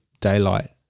daylight